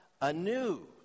anew